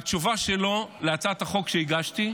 והתשובה שלו להצעת החוק שהגשתי היא: